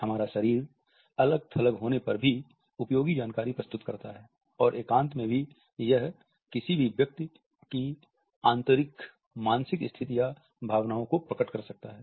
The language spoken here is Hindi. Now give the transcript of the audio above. हमारा शरीर अलग थलग होने पर भी उपयोगी जानकारी प्रस्तुत करता है और एकांत में भी यह किसी भी व्यक्ति की आंतरिक मानसिक स्थिति या भावनाओं को प्रकट कर सकता है